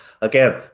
Again